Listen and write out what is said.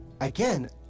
again